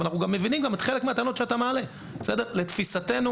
אנחנו מבינים את הטענות שאתה מעלה אבל לתפיסתנו